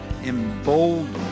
emboldened